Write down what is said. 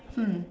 hmm